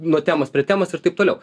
nuo temos prie temos ir taip toliau